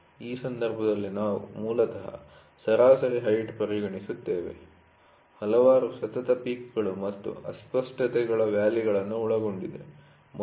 ಈ ಸಂದರ್ಭದಲ್ಲಿ ನಾವು ಮೂಲತಃ ಸರಾಸರಿ ಹೈಟ್ ಪರಿಗಣಿಸುತ್ತೇವೆ ಹಲವಾರು ಸತತ ಪೀಕ್'ಗಳು ಮತ್ತು ಅಸ್ಪಷ್ಟತೆಗಳ ವ್ಯಾಲಿ'ಗಳನ್ನು ಒಳಗೊಂಡಿದೆ